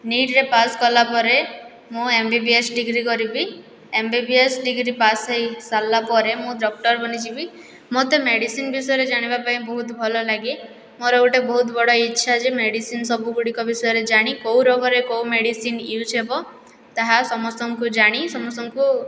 ନିଟ୍ରେ pass କଲାପରେ ମୁଁ M B B S degree କରିବି M B B S degree pass ହେଇସାରିଲା ପରେ ମୁଁ ଡକ୍ଟର ବନିଯିବି ମୋତେ ମେଡ଼ିସିନ୍ ବିଷୟରେ ଜାଣିବାପାଇଁ ବହୁତ ଭଲ ଲାଗେ ମୋର ଗୋଟେ ବହୁତ ବଡ଼ ଇଚ୍ଛା ଯେ ମେଡ଼ିସିନ୍ ସବୁଗୁଡ଼ିକ ବିଷୟରେ ଜାଣି କେଉଁ ରୋଗରେ କେଉଁ ମେଡ଼ିସିନ୍ ୟୁଜ୍ ହେବ ତାହା ସମସ୍ତଙ୍କୁ ଜାଣି ସମସ୍ତଙ୍କୁ